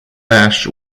ash